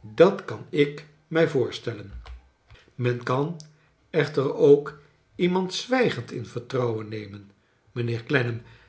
dat kan ik mij voorstellen men kan echter ook iemand zwijgend in vertrouwen nemen